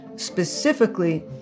specifically